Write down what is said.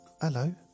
hello